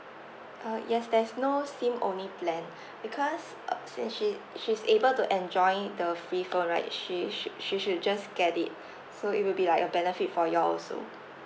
uh yes there's no SIM only plan because uh since she she's able to enjoy the free phone right she sh~ she should just get it so it will be like a benefit for you all also